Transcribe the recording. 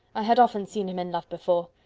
i had often seen him in love before.